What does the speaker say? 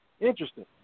Interesting